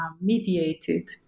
mediated